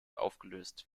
aufgelöst